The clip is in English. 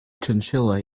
chinchilla